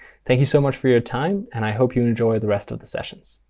thank you so much for your time. and i hope you enjoy the rest of the sessions.